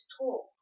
talk